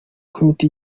komite